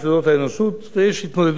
ויש התמודדות בנושאים האלה.